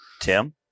Tim